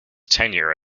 tenure